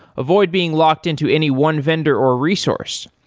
avoid being locked into any one vendor or resource.